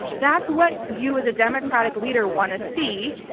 that's what you as a democratic leader want to see,